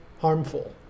harmful